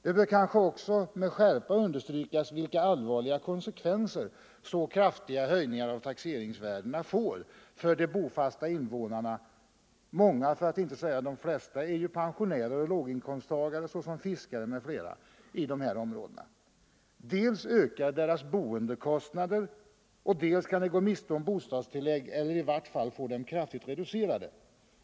Det bör kanske också med skärpa understrykas vilka allvarliga konsekvenser så kraftiga höjningar av taxeringsvärdena får för de bofasta invånarna — många för att inte säga de flesta är ju pensionärer och låginkomsttagare såsom fiskare m.fl. — i dessa områden. Dels ökar deras boendekostnader, dels kan de gå miste om bostadstillägg eller i varje fall få dem kraftigt reducerade.